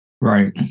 right